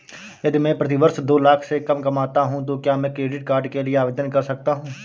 यदि मैं प्रति वर्ष दो लाख से कम कमाता हूँ तो क्या मैं क्रेडिट कार्ड के लिए आवेदन कर सकता हूँ?